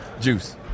Juice